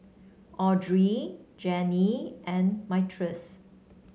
Audrey Janene and Myrtice